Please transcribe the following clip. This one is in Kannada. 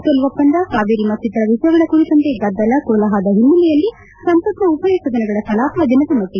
ರಫೇಲ್ ಒಪ್ಪಂದ ಕಾವೇರಿ ಮತ್ತಿತರ ವಿಷಯಗಳ ಕುರಿತಂತೆ ಗದ್ದಲ ಕೋಲಾಹಲದ ಹಿನ್ನೆಲೆಯಲ್ಲಿ ಸಂಸತ್ನ ಉಭಯ ಸದನಗಳ ಕಲಾಪ ದಿನದ ಮಟ್ಟಗೆ ಮುಂದೂಡಿಕೆ